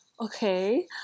Okay